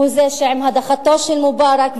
הוא שעם הדחתו של מובארק,